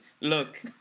look